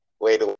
wait